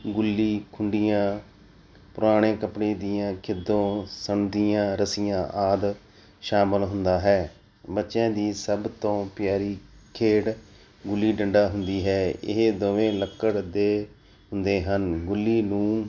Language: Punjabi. ਗੁੱਲੀ ਖੁੰਡੀਆਂ ਪੁਰਾਣੇ ਕੱਪੜੇ ਦੀਆਂ ਖਿੱਦੋ ਸੰਦੀਆਂ ਰੱਸੀਆਂ ਆਦਿ ਸ਼ਾਮਿਲ ਹੁੰਦਾ ਹੈ ਬੱਚਿਆਂ ਦੀ ਸਭ ਤੋਂ ਪਿਆਰੀ ਖੇਡ ਗੁੱਲੀ ਡੰਡਾ ਹੁੰਦੀ ਹੈ ਇਹ ਦੋਵੇਂ ਲੱਕੜ ਦੇ ਹੁੰਦੇ ਹਨ ਗੁੱਲੀ ਨੂੰ